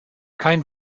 kein